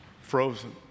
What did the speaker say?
frozen